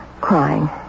crying